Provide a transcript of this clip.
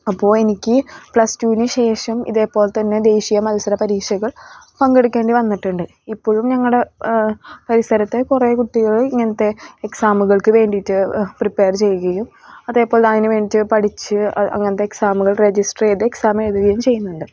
അപ്പോൾ എനിക്ക് പ്ലസ് ടുന് ശേഷം ഇതേപോലെ തന്നെ ദേശീയ മത്സര പരീക്ഷകൾ പങ്കെടുക്കേണ്ടി വന്നിട്ടുണ്ട് ഇപ്പോഴും ഞങ്ങളുടെ പരിസരത്തെ കുറേ കുട്ടികൾ ഇങ്ങനത്തെ എക്സാമുകൾക്ക് വേണ്ടിയിട്ട് പ്രിപ്പെയർ ചെയ്യുകയും അതേപോലെ അതിന് വേണ്ടിയിട്ട് പഠിച്ച് അങ്ങനത്തെ എക്സാമുകൾ രജിസ്റ്റർ ചെയ്ത് എക്സാം എഴുതുകയും ചെയ്യുന്നുണ്ട്